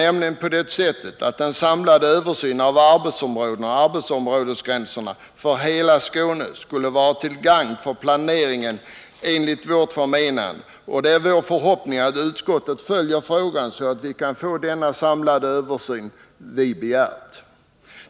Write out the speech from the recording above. Enligt vårt förmenande skulle en samlad översyn av arbetsområdena och arbetsområdesgränserna för hela Skåne vara till gagn för planeringen, och det är vår förhoppning att utskottet följer denna fråga så att vi kan få den samlade översyn som vi har begärt.